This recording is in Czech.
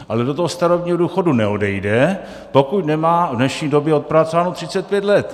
Ale do toho starobního důchodu neodejde, pokud nemá v dnešní době odpracováno 35 let.